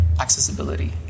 accessibility